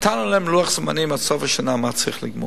נתנו להם לוח זמנים, עד סוף השנה, מה צריך לגמור.